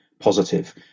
positive